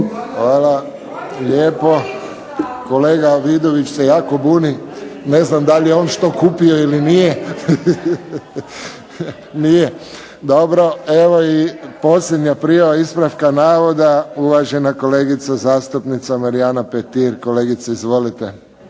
Hvala lijepo. Kolega Vidović se jako buni, ne znam je li on štogod kupio ili nije? Nije. Evo i posljednja prijava ispravka navoda, uvažena kolegica zastupnika Marijana Petir. Kolegice izvolite.